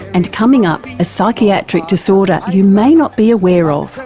and coming up, a psychiatric disorder you may not be aware of,